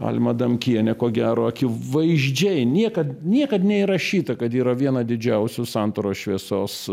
alma adamkienė ko gero akivaizdžiai niekad niekad neįrašyta kad yra viena didžiausių santaros šviesos